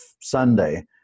Sunday